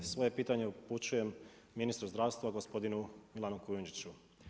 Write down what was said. Svoje pitanje upućujem ministru zdravstva gospodinu Milanu Kujundžiću.